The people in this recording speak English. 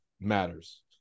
matters